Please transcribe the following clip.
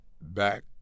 back